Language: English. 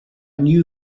knew